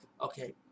Okay